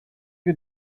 you